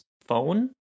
phone